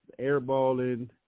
airballing